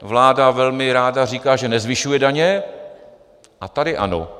Vláda velmi ráda říká, že nezvyšuje daně, a tady ano.